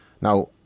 Now